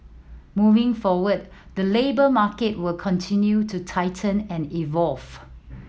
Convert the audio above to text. moving forward the labour market will continue to tighten and evolve